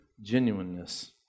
genuineness